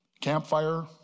campfire